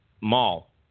Mall